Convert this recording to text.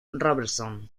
robertson